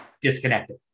disconnected